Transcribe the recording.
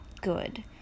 good